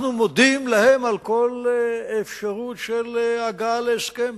אנחנו מודים להם על כל אפשרות של הגעה להסכם.